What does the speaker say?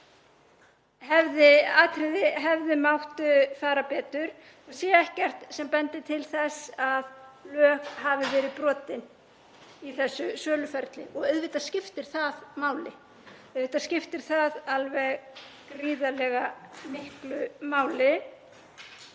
hefðu mátt fara betur þá sé ekkert sem bendi til þess að lög hafi verið brotin í þessu söluferli. Auðvitað skiptir það máli, auðvitað skiptir það alveg gríðarlega miklu máli.